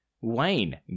Wayne